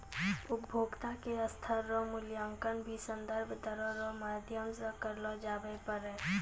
उपभोक्ता के स्तर रो मूल्यांकन भी संदर्भ दरो रो माध्यम से करलो जाबै पारै